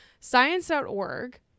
science.org